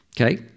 Okay